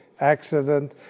accident